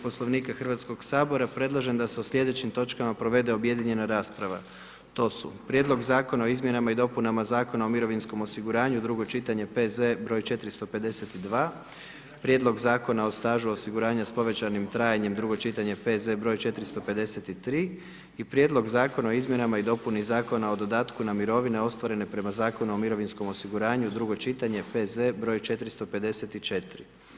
Poslovnika HS-a, predlažem da se o slijedećim točkama provede objedinjena rasprava, to su: - Konačni Prijedlog Zakona o izmjenama i dopunama Zakona o mirovinskom osiguranju, drugo čitanje, P.Z. broj 452, - Konačni Prijedlog Zakona o stažu osiguranja s povećanim trajanjem, drugo čitanje, P.Z. broj 453 i - Konačni Prijedlog Zakona o izmjenama i dopuni Zakona o dodatku na mirovine ostvarene prema Zakonu o mirovinskom osiguranju, drugo čitanje, P.Z. broj 454.